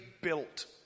built